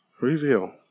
Reveal